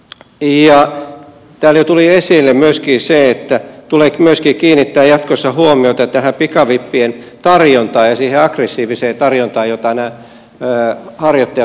täällä jo tuli esille myöskin se että tulee myöskin kiinnittää jatkossa huomiota tähän pikavippien tarjontaan ja siihen aggressiiviseen tarjontaan jota nämä harjoittajat ovat tehneet